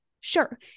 sure